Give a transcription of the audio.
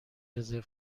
رزرو